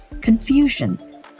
confusion